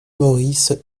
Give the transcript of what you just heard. maurice